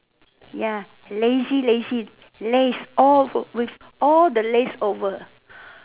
ya lacy lacy lace all with all the lace over